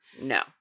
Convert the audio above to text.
No